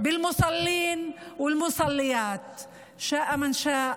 ברמדאן מסגד אל-אקצא והחצרות שלו,